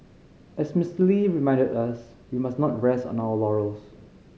as Mister Lee reminded us we must not rest on our laurels